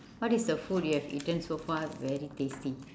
what is the food you have eaten so far very tasty